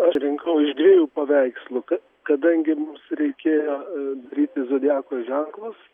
aš rinkau iš dviejų paveikslų kadangi mums reikėjo daryti zodiako ženklus